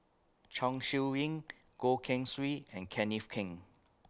Chong Siew Ying Goh Keng Swee and Kenneth Keng